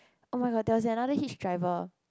oh-my-god there was another hitch driver